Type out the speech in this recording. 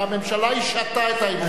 הממשלה השהתה את העניין.